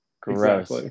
gross